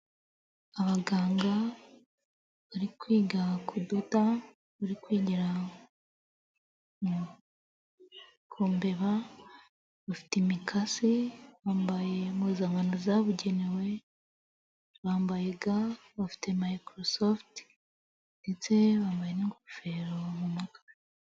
Abaganga bari kwiga kudoda, bari kwigira ku mbeba, bafite imikasi, bambaye impuzankano zabugenewe, bambaye ga, bafite mayikorosofuti ndetse bambaye n'ingofero mu mutwe.